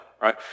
right